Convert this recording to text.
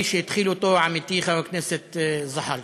שהתחיל אותו עמיתי חבר הכנסת זחאלקה.